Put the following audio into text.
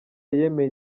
yemeye